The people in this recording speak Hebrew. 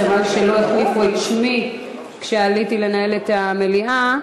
מכיוון שלא הכניסו את שמי כשעליתי לנהל את המליאה,